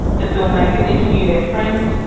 the filmmakers interview their friends,